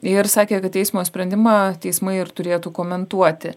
ir sakė kad teismo sprendimą teismai ir turėtų komentuoti